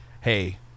hey